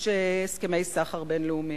יש הסכמי סחר בין-לאומיים,